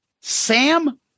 Sam